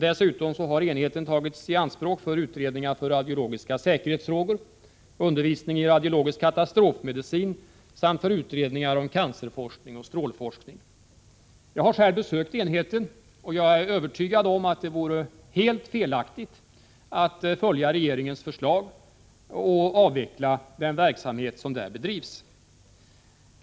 Dessutom har enheten tagits i anspråk för utredningar om radiologiska säkerhetsfrågor, undervisning i radiologisk katastrofmedicin samt för utredningar om cancerforskning och strålforskning. Jag har själv besökt enheten och är övertygad om att det vore helt felaktigt att följa regeringens förslag och avveckla den verksamhet som där bedrivs.